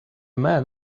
man